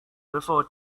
before